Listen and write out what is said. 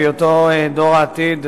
בהיותו דור העתיד,